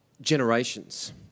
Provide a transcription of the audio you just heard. generations